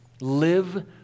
live